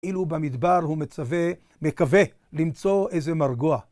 אילו במדבר הוא מצווה.. מקווה למצוא איזה מרגוע.